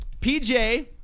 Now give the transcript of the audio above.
PJ